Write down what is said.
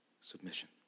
submission